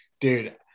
dude